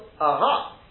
aha